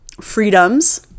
freedoms